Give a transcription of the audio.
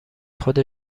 خود